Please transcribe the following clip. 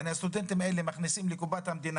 כלומר הסטודנטים האלה מכניסים לקופת המדינה